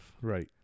Right